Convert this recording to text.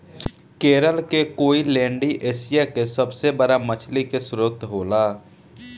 केरल के कोईलैण्डी एशिया के सबसे बड़ा मछली के स्त्रोत होला